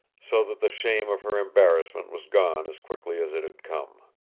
so that the shame of her embarrassment was gone as quickly as it had come.